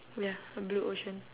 ya a blue ocean